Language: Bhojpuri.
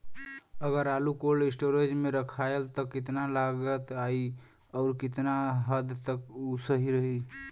अगर आलू कोल्ड स्टोरेज में रखायल त कितना लागत आई अउर कितना हद तक उ सही रही?